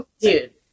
dude